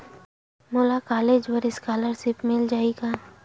मोला कॉलेज बर स्कालर्शिप मिल जाही का?